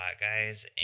guys